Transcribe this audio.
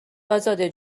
ازاده